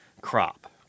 crop